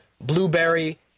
Blueberry